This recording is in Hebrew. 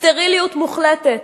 סטריליות מוחלטת.